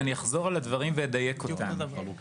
ואני אחזור על הדברים ואדייק אותם: